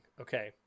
okay